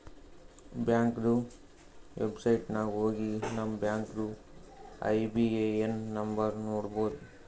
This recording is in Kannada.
ಬ್ಯಾಂಕ್ದು ವೆಬ್ಸೈಟ್ ನಾಗ್ ಹೋಗಿ ನಮ್ ಬ್ಯಾಂಕ್ದು ಐ.ಬಿ.ಎ.ಎನ್ ನಂಬರ್ ನೋಡ್ಬೋದ್